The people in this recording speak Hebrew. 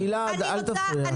גלעד, אל תפריע.